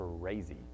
crazy